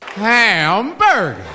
Hamburger